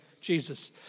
Jesus